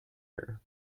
her